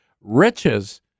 riches